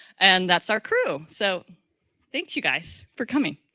and that's our crew so thank you guys for coming.